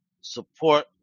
support